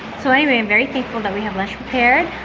so anyway, i'm very thankful that we have lunch prepared.